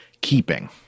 keeping